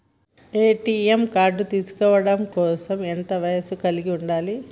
ATM card తీసుకోవడం కోసం ఎంత వయస్సు కలిగి ఉండాలి?